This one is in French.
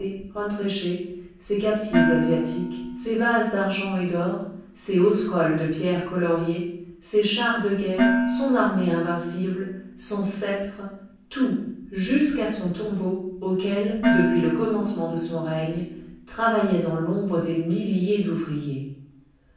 amensé hont reché ses captives asiatiques ses vases d'argent et d'or ses hausse cols de pierres coloriées ses chars de guerre son armée invincible son sceptre tout jusqu'à son tombeau auquel depuis le commencement de son règne travaillaient dans l'ombre des milliers d'ouvriers